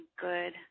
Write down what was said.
good